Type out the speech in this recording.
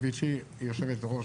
גבירתי היושבת-ראש,